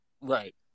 Right